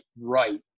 right